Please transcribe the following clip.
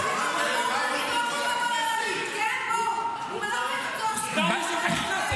לו ------ אתה יושב-ראש הישיבה,